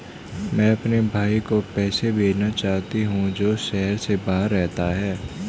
मैं अपने भाई को पैसे भेजना चाहता हूँ जो शहर से बाहर रहता है